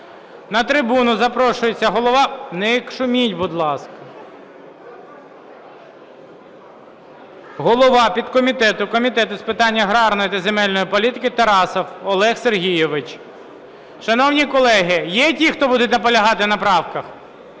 На трибуну запрошується голова… Не шуміть, будь ласка. Голова підкомітету Комітету з питань аграрної та земельної політики Тарасов Олег Сергійович. Шановні колеги, є ті, хто будуть наполягати на правках?